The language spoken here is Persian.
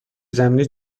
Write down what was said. زمینی